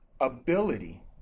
ability